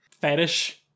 Fetish